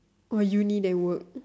or uni then work